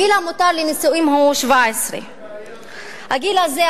הגיל המותר לנישואים הוא 17. הגיל הזה,